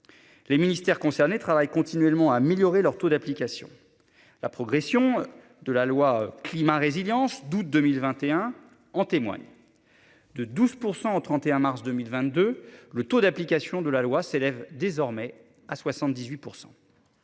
Les ministères concernés Travail continuellement à minorer leurs taux d'application. La progression de la loi climat résilience d'août 2021 ans témoigne. De 12 131 mars 2022, le taux d'application de la loi s'élève désormais à 78%.